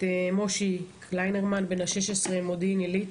המקרה של מוישי קליינרמן בן ה-16 ממודיעין עילית.